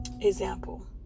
Example